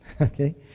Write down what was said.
okay